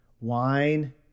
Wine